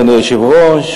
אדוני היושב-ראש,